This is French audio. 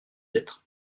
d’être